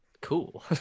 cool